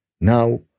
now